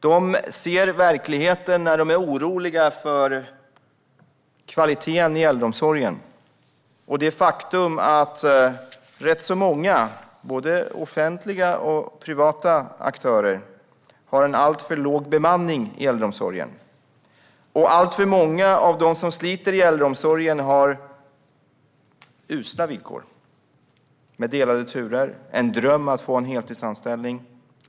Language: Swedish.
De ser verkligheten och är oroliga för kvaliteten i äldreomsorgen och det faktum att rätt så många, både offentliga och privata aktörer, har en alltför låg bemanning i äldreomsorgen. Alltför många av dem som sliter i äldreomsorgen har usla villkor med delade turer och drömmer om en heltidsanställning.